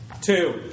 Two